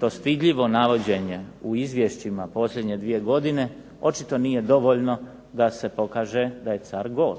to stidljivo navođenje u izvješćima u posljednje dvije godine očito nije dovoljno da se pokaže da je car gol.